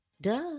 Duh